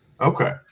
Okay